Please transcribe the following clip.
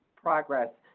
progress.